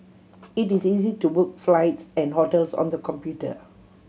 it is easy to book flights and hotels on the computer